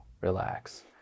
relax